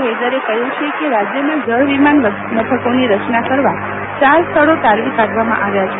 હૈદરે કહ્યું છે કે રાજ્યમાં જળ વિમાન મથકોની રચના કરવા ચાર સ્થળો તારવી કાઢવામાં આવ્યા છે